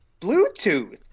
bluetooth